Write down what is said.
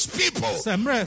people